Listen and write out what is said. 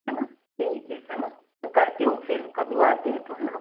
है ना ठीक है है ना करती हूँ फिर कभी वो आते हैं तो है ना